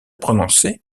prononcé